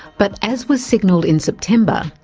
but as was signalled in september,